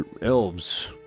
elves